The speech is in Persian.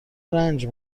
رنج